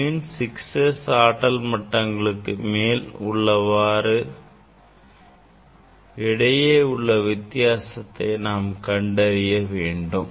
அணுவின் 6S ஆற்றல் மட்டங்களுக்கு மேல் உள்ளவற்றுக்கு இடையே உள்ள வித்தியாசத்தை நாம் கண்டறிய வேண்டும்